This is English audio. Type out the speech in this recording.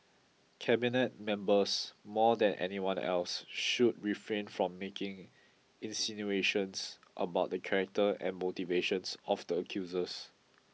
Cabinet members more than anyone else should refrain from making insinuations about the character and motivations of the accusers